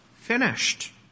Finished